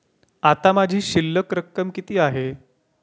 आता माझी शिल्लक रक्कम किती आहे?